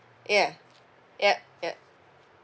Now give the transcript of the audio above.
yeah yup yup